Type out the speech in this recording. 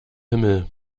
himmel